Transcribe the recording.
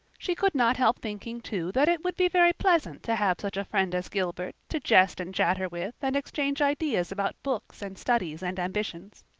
she could not help thinking, too, that it would be very pleasant to have such a friend as gilbert to jest and chatter with and exchange ideas about books and studies and ambitions.